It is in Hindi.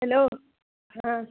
हलो हाँ